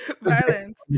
violence